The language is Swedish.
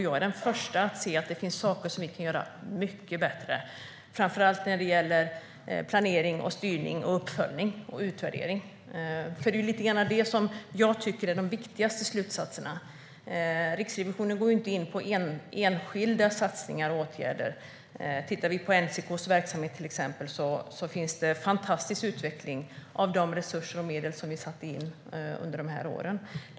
Jag är den första att se att det finns saker som vi kan göra mycket bättre, framför allt när det gäller planering, styrning, uppföljning och utvärdering. Det är lite grann det som jag tycker är de viktigaste slutsatserna. Riksrevisionen går inte in på enskilda satsningar och åtgärder. Tittar vi till exempel på NCK:s verksamhet finns en fantastisk utveckling med de resurser och medel som vi satte in under dessa år.